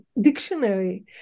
dictionary